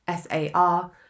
SAR